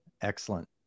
Excellent